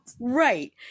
Right